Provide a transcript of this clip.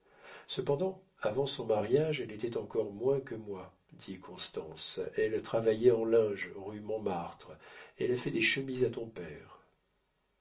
cependant avant son mariage elle était encore moins que moi dit constance elle travaillait en linge rue montmartre elle a fait des chemises à ton père